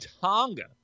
Tonga